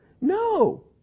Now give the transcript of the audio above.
No